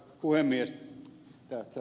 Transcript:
arvoisa puhemies